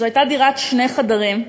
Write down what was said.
זו הייתה דירת שני חדרים.